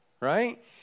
right